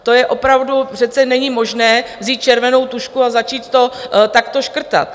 To je opravdu přece není možné vzít červenou tužku a začít to takto škrtat.